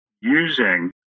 using